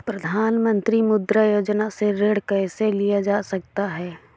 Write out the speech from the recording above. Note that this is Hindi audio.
प्रधानमंत्री मुद्रा योजना से ऋण कैसे लिया जा सकता है?